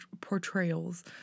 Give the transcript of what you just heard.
portrayals